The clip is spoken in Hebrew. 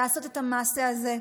לעשות את המעשה הזה,